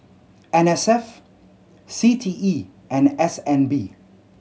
N S F C T E and S N B